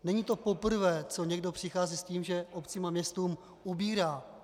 Není to poprvé, co někdo přichází s tím, že obcím a městům ubírá.